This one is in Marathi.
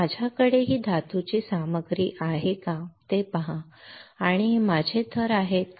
माझ्याकडे ही धातूची सामग्री आहे का ते पहा आणि हे माझे थर आहेत का